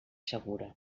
segura